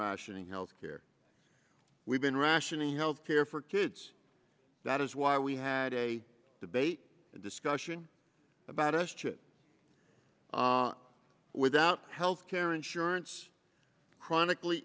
rationing health care we've been rationing health care for kids that is why we had a debate and discussion about us should without health care insurance chronically